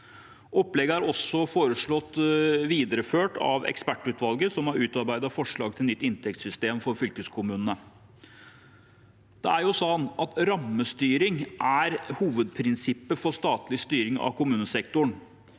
Opplegget er også foreslått videreført av ekspertutvalget som har utarbeidet forslag til et nytt inntektssystem for fylkeskommunene. Rammestyring er hovedprinsippet for statlig styring av kommunesektoren.